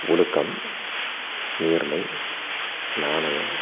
ஒழுக்கம் நேர்மை நாணயம்